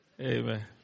amen